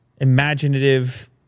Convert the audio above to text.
imaginative